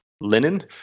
linen